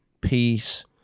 peace